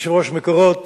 יושב-ראש "מקורות",